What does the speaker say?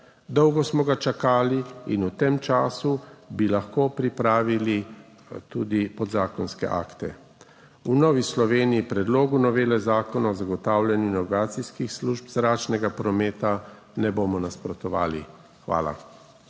dolgo smo ga čakali in v tem času bi lahko pripravili tudi podzakonske akte. V Novi Sloveniji predlogu novele Zakona o zagotavljanju navigacijskih služb zračnega prometa ne bomo nasprotovali. Hvala.